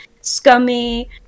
scummy